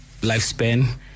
lifespan